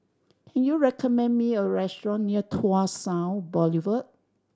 can you recommend me a restaurant near Tua South Boulevard